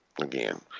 again